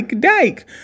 dyke